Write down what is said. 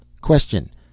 Question